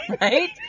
Right